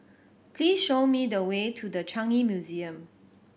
please show me the way to The Changi Museum